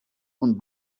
und